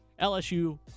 LSU